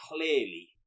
clearly